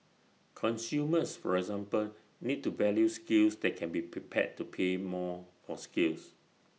consumers for example need to value skills that can be prepared to pay more for skills